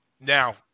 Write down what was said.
now